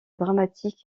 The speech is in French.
dramatique